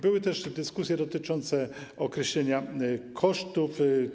Były też dyskusje dotyczące określenia kosztów.